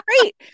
great